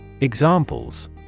Examples